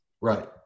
Right